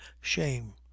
shame